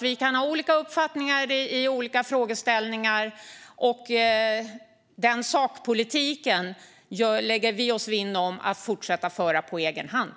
Vi kan ha olika uppfattningar i olika frågor, och den sakpolitiken lägger vi oss vinn om att fortsätta föra på egen hand.